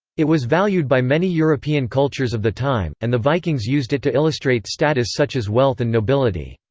it was valued by many european cultures of the time, and the vikings used it to illustrate status such as wealth and nobility.